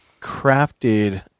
crafted